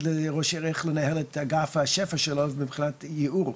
לראש עיר איך לנהל את האגף שלו מבחינת הייעור.